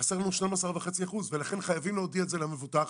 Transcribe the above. חסרים לנו 12.5%. לכן חייבים להודיע את זה למבוטח,